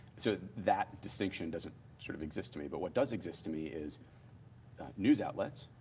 so that distinction doesn't sort of exist to me. but what does exist to me is news outlets,